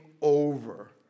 over